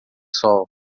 sol